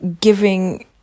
giving